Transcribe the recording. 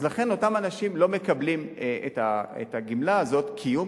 לכן אותם אנשים לא מקבלים את הגמלה הזאת, קיום.